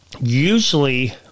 Usually